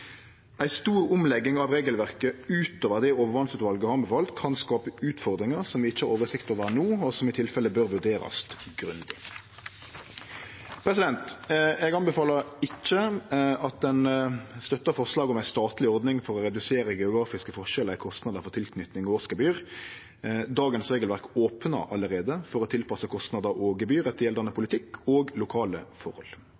Ei stor omlegging av regelverket utover det overvassutvalet har anbefalt, kan skape utfordringar som vi ikkje har oversikt over no, og som i tilfelle bør vurderast grundig. Eg anbefaler ikkje at ein støttar forslaget om ei statleg ordning for å redusere geografiske forskjellar i kostnader for tilknyting og årsgebyr. Dagens regelverk opnar allereie for å tilpasse kostnader og gebyr etter gjeldande